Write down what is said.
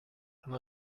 and